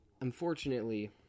Unfortunately